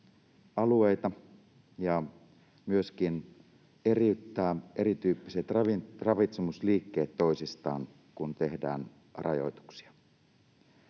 erityyppiset ravitsemusliikkeet toisistaan, kun tehdään rajoituksia.